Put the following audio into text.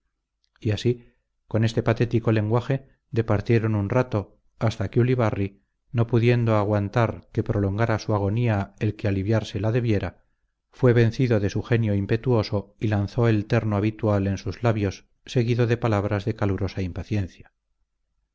y así con este patético lenguaje departieron un rato hasta que ulibarri no pudiendo aguantar que prolongara su agonía el que aliviársela debiera fue vencido e su genio impetuoso y lanzó el terno habitual en sus labios seguido de palabras de calurosa impaciencia